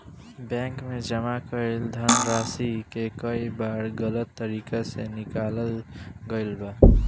bank में जमा कईल धनराशि के कई बार गलत तरीका से निकालल गईल बा